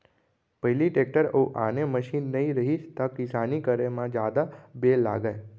पहिली टेक्टर अउ आने मसीन नइ रहिस त किसानी करे म जादा बेर लागय